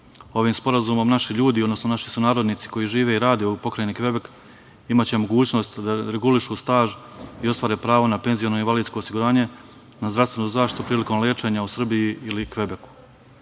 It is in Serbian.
Ovim sporazumom naši ljudi, odnosno naši sunarodnici koji žive i rade u pokrajini Kvebek imaće mogućnost da regulišu staž i ostvare pravo na PIO, na zdravstvenu zaštitu prilikom lečenja u Srbiji ili Kvebeku. Pruža